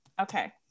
Okay